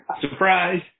Surprise